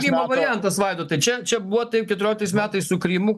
kijevo variantas vaidotai čia čia buvo taip keturioliktais metai su krymu